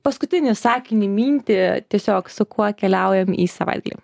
paskutinį sakinį mintį tiesiog su kuo keliaujam į savaitgalį